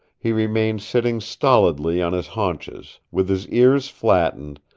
he remained sitting stolidly on his haunches, with his ears flattened,